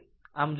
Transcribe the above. આમ જો કરવું